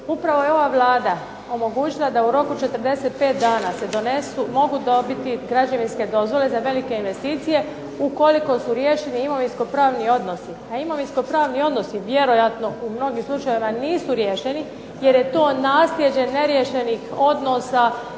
Upravo je ova Vlada omogućila da u roku 45 dana se donesu, mogu dobiti građevinske dozvole za velike investicije ukoliko su riješeni imovinsko-pravni odnosi. A imovinsko-pravni odnosi vjerojatno u mnogim slučajevima nisu riješeni jer je to naslijeđe neriješenih odnosa